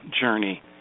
journey